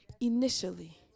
initially